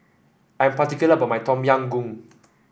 I'm particular about my Tom Yam Goong